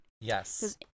Yes